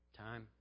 Time